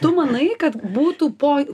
tu manai kad būtų po